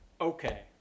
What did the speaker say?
okay